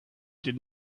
did